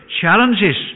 challenges